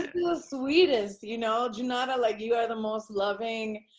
the sweetest, you know junauda, like you are the most loving,